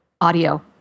Audio